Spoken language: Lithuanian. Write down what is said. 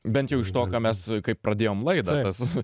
bent jau iš to ką mes kaip pradėjom laidą tas